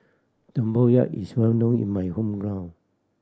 tempoyak is well known in my hometown